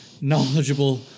knowledgeable